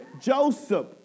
Joseph